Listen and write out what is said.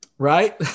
Right